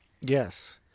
Yes